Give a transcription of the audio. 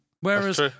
Whereas